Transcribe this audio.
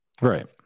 Right